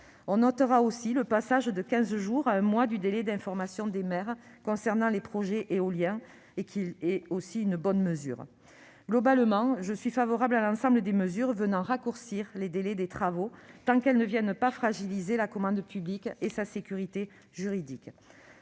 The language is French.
On notera aussi le passage de quinze jours à un mois du délai d'information des maires concernant les projets éoliens. C'est aussi une bonne mesure. Globalement, je suis favorable à l'ensemble des mesures venant raccourcir les délais des travaux tant que celles-ci ne viennent pas fragiliser la commande publique et sa sécurité juridique.